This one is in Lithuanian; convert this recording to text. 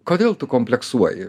kodėl tu kompleksuoji